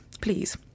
please